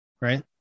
right